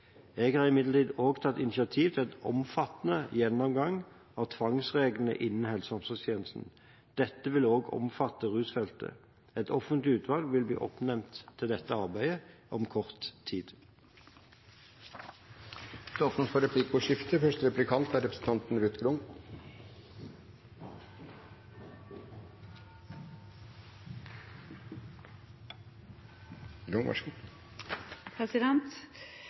Jeg har imidlertid også tatt initiativ til en omfattende gjennomgang av tvangsreglene innen helse- og omsorgstjenesten. Dette vil også omfatte rusfeltet. Et offentlig utvalg vil bli oppnevnt til dette arbeidet om kort tid. Det blir replikkordskifte. Det første spørsmålet er